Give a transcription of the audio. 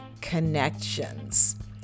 connections